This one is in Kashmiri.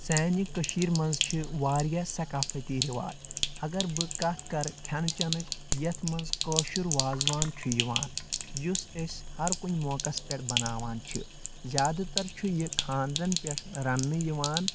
سانہِ کٔشیٖر منٛز چھِ واریاہ سقافٔتی رِواج اگر بہٕ کتھ کرٕ کھیٚنہٕ چینٕچ یتھ منٛز کٲشُر وازوان چھُ یِوان یُس أسۍ ہر کُنہِ موقس پؠٹھ بناوان چھِ زیادٕ تر چھُ یہِ خانٛدرن پؠٹھ رننہٕ یِوان